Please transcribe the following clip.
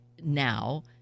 now